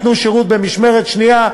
ייתנו שירות במשמרת שנייה,